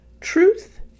Truth